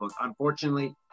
Unfortunately